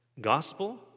gospel